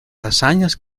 hazañas